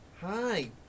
Hi